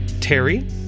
Terry